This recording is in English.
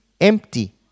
empty